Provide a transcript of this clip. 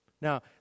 Now